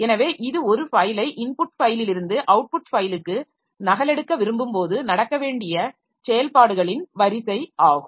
எனவே இது ஒரு ஃபைலை இன்புட் ஃபைலில் இருந்து அவுட் புட் ஃபைலுக்கு நகலெடுக்க விரும்பும் போது நடக்க வேண்டிய செயல்பாடுகளின் வரிசை ஆகும்